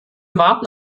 warten